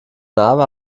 narbe